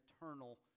eternal